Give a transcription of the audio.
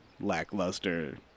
lackluster